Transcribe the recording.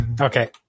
Okay